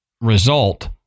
result